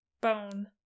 Bone